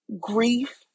Grief